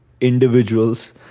individuals